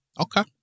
Okay